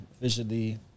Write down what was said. visually